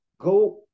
go